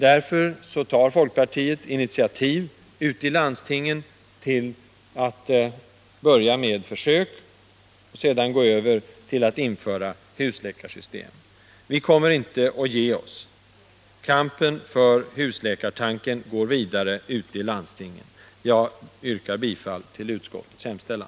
Därför tar folkpartiet ute i landstingen initiativ till att man skall pröva husläkarsystemeti praktiken. Vi kommer inte att ge oss! Kampen för husläkartanken går vidare ute i landstingen. Jag yrkar bifall till utskottets hemställan.